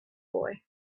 boy